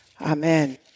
Amen